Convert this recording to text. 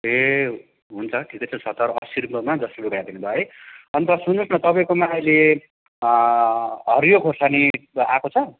ए हुन्छ ठिकै छ सत्तर असी रुपियाँमा दस रुपियाँ घटाइ दिनुभयो है अन्त सुन्नुहोस् न तपईँकोमा अहिले हरियो खोर्सानी आएको छ